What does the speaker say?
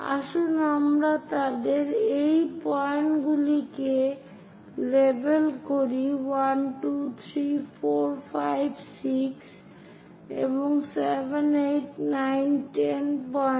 আসুন আমরা তাদের এই পয়েন্ট গুলিকে লেবেল করি 1 2 3 4 5 6 এই 7 8 9 10 পয়েন্ট